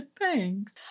Thanks